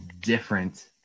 different